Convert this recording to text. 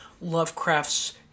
Lovecraft's